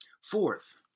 Fourth